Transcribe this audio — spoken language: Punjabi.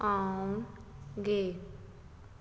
ਆਉਣਗੇ